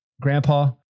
grandpa